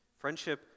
Friendship